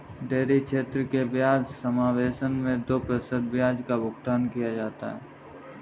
dairy क्षेत्र के ब्याज सबवेसन मैं दो प्रतिशत ब्याज का भुगतान किया जाता है